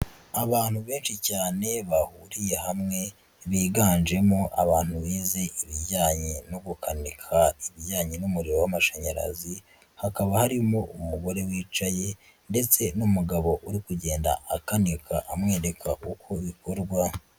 Abantu benshi cyane bahuriye hamwe biganjemo abantu bize ibijyanye no gukanika ibijyanye n'umuriro w'amashanyarazi, hakaba harimo umugore wicaye ndetse n'umugabo uri kugenda akanika amwereka uko bikorwa.